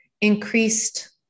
increased